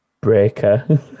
breaker